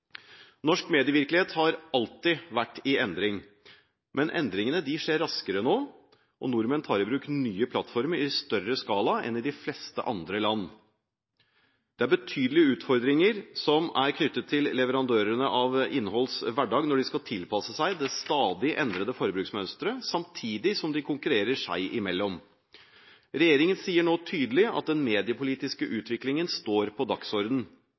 Norsk medievirkelighet har alltid vært i endring, men endringene skjer raskere nå, og nordmenn tar i bruk nye plattformer i større skala enn i de fleste andre land. Det er betydelige utfordringer som er knyttet til leverandørene av innholds hverdag når de skal tilpasse seg det stadig endrede forbruksmønsteret, samtidig som de konkurrerer seg i mellom. Regjeringen sier nå tydelig at den mediepolitiske utviklingen står på